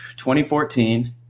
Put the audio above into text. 2014